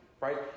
Right